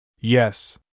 Yes